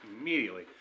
immediately